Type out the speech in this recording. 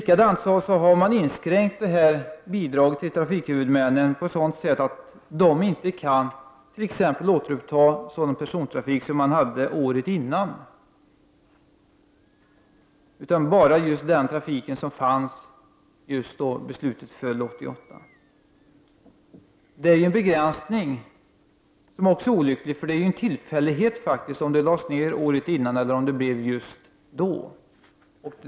På samma sätt har man minskat bidragen till trafikhuvudmännen så att de inte kan återuppta sådan persontrafik som de hade året innan beslutet fattades. De kan bara bedriva den trafik som fanns då beslutet togs 1988. Detta är också en olycklig begränsning. Det är ju en tillfällighet faktiskt om trafiken lades ner året innan eller just samma år.